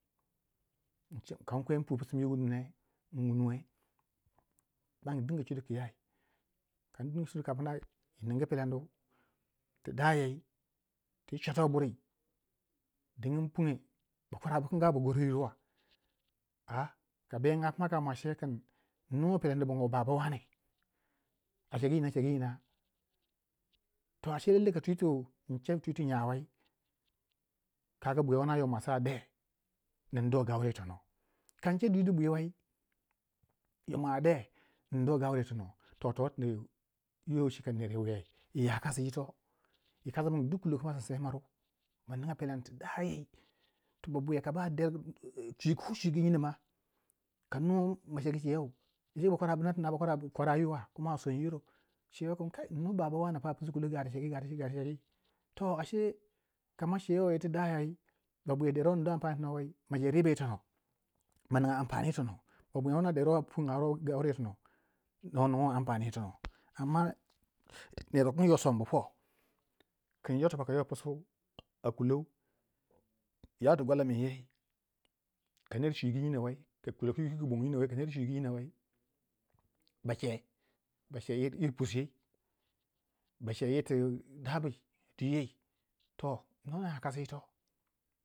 kankwe in pu psiu mi wunu ne, in wune ban ding cudu kiyai, kan ding cudu pnai yi ningu pelendu ti dayai twi chwato bur dingin punge ba kwara bukunga bu gori yir wa a ka benga pna mwa in nuwe pelendi a bongo baba wane a cegu nyina a cegu nyina to ace lallai tu cegu ka twiti nya wei kaga bwiya wuna yikomwasi a de nindo gaure yitono, kance dwidi bwi wei yo mwa a de nindo gaure yitono, yo toti cika yo ner wiya iya kasi yito yi kasi min duk kulo kma sissei miriu ma ninga pelendi ti dayai ti babwiya ba deri, ko chwigu nyino ma kanu ma chegu chew, se bakwara buna tina bakwara yir wa kuma a sonyiro cewe kin kai innu baba wane pa a pusu kulou gati cegii gati cegii to ace kama cewei yirti dayai ba bwiya dero a nindi ampani yitono wei ma je riba yitono ba bwiya wuna dero pun ba ar gauri yitono no ningo ampani yitono, amma yo ner wu kangi yo sombu po kinyo tibak kayo psu a kulou ya tu gwalaman yo ka ner chwigu nyinou wei ka kulo kwi ku bongo nyine wei ba ce, ba ce yir pusi yei, bace yirti dabu a dwiyei, toh naya kasi yito